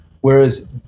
whereas